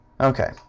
okay